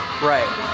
Right